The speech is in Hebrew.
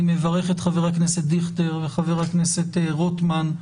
אני מברך את חבר הכנסת דיכטר וחבר הכנסת רוטמן,